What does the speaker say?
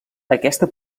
aquesta